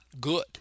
good